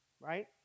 Right